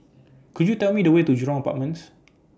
Could YOU Tell Me The Way to Jurong Apartments